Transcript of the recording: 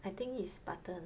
I think it's Button